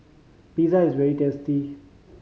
pizza is very tasty